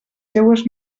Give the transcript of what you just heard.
seues